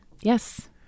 Yes